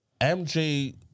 MJ